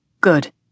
Good